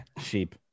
Sheep